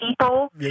people